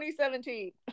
2017